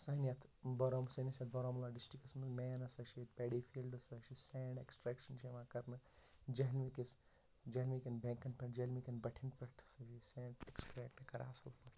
سانہِ یَتھ بارہمولہ سٲنِس یَتھ بارہمولہ ڈِسٹرٛکَس منٛز مین ہَسا چھِ ییٚتہِ پیڈی فیٖلڈٕس یُس ہسا سینڈ ایکٕسٹرٛیکشَن چھُ یِوان کَرنہٕ جَہلِم کِس جَہلم کٮ۪ن بینٛکَن پٮ۪ٹھ جَہلم کٮ۪ن بَٹھٮ۪ن پٮ۪ٹھ سُہ یہِ سینڈ ایکٕسٹرٛیکٹ کَران اَصٕل پٲٹھۍ